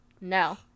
No